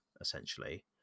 essentially